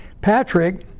Patrick